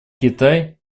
китай